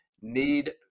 need